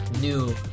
new